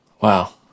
Wow